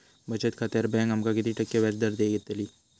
बचत खात्यार बँक आमका किती टक्के व्याजदर देतली?